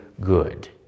good